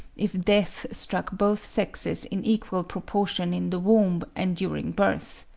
if death struck both sexes in equal proportion in the womb and during birth.